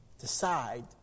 Decide